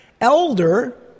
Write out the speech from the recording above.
Elder